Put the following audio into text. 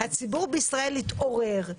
הציבור בישראל התעורר,